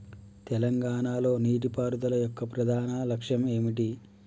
తెలంగాణ లో నీటిపారుదల యొక్క ప్రధాన లక్ష్యం ఏమిటి?